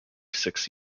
six